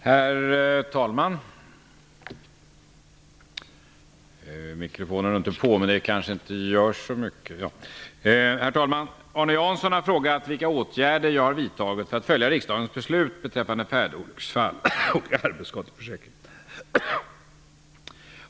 Herr talman! Arne Jansson har frågat vilka åt gärder jag har vidtagit för att följa riksdagens be slut beträffande färdolycksfall och arbetsskade försäkringen.